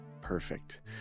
Perfect